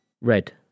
Red